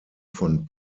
von